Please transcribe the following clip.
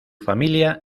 familia